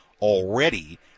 already